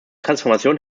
transformation